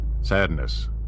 Sadness